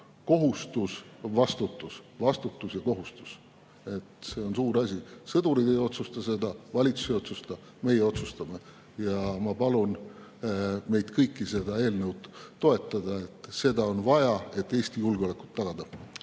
kohustus ja vastutus. Vastutus ja kohustus! See on suur asi. Sõdurid ei otsusta seda, valitsus ei otsusta, meie otsustame. Ja ma palun kõiki seda eelnõu toetada – seda on vaja, et Eesti julgeolekut tagada.